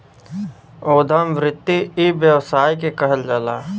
उद्यम वृत्ति इ व्यवसाय के कहल जाला